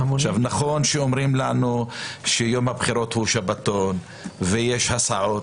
נכון שאומרים לנו שיום הבחירות הוא שבתון ויש הסעות